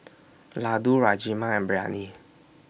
Ladoo Rajma and Biryani